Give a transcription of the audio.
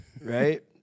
right